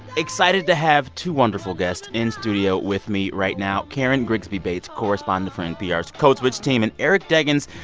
excited to have two wonderful guests in studio with me right now karen grigsby bates, correspondent for npr's code switch team, and eric deggans,